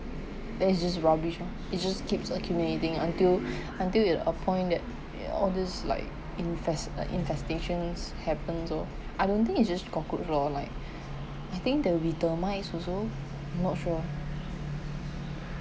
that is just rubbish oh it just keeps accumulating until until a point that all this like infest~ uh infestations happen oh I don't think it's just cockroach lor like I think there will be termites also not sure